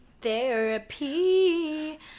Therapy